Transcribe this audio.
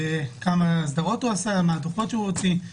כמה אסדרות הוא עשה, מה הדוחות שהוא הוציא.